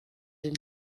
den